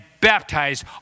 baptized